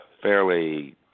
fairly